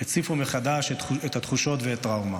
הציפו מחדש את התחושות ואת הטראומה.